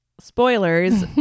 spoilers